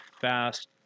fast